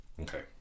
Okay